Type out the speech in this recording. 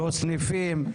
לא סניפים.